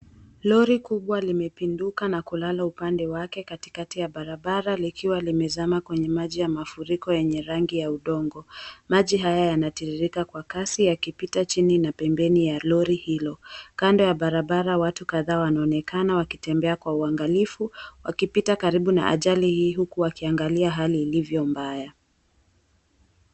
Lori kubwa limepinduka na kulala upande wake katikati ya barabara likiwa limezama kwenye maji ya mafuriko yenye rangi ya udongo. Maji haya yanatiririka kwa kasi yakipita chini na pembeni ya lori hilo. Kando ya barabara watu kadhaa wanaonekana wakitembea kwa uangalifu, wakipita karibu na ajali huku wakiangalia hali ilivyo mbaya.